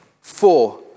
Four